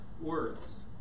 words